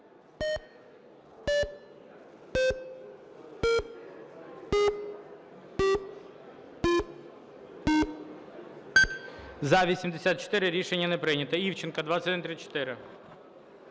За-84 Рішення не прийнято. Івченко, 2134.